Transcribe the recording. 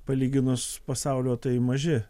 palyginus pasaulio tai maži